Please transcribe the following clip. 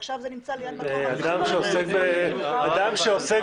אני כמובן רוצה